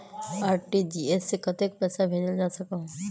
RTGS से कतेक पैसा भेजल जा सकहु???